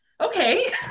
okay